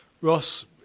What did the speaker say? Ross